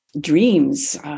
Dreams